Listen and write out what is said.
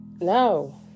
no